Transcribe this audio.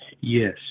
Yes